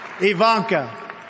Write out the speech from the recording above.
Ivanka